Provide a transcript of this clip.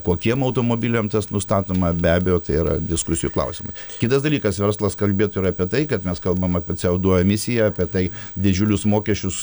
kokiem automobiliam tas nustatoma be abejo tai yra diskusijų klausimai kitas dalykas verslas kalbėtų ir apie tai kad mes kalbam apie co du emisiją apie tai didžiulius mokesčius